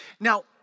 Now